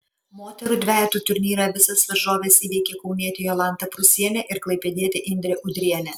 moterų dvejetų turnyre visas varžoves įveikė kaunietė jolanta prūsienė ir klaipėdietė indrė udrienė